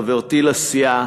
חברתי לסיעה,